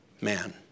man